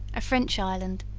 a french island,